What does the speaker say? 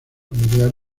familiar